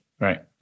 Right